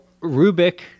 Rubik